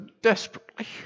desperately